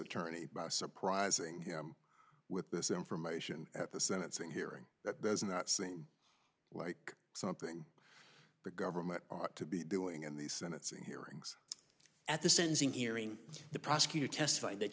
attorney by surprising him with this information at the sentencing hearing that does not seem like something the government ought to be doing in the senate saying hearings at the sentencing hearing the prosecutor testified that